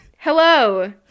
Hello